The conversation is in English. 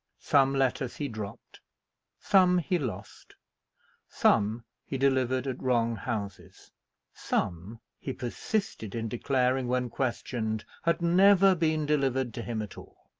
some letters he dropped some he lost some he delivered at wrong houses some, he persisted in declaring, when questioned, had never been delivered to him at all.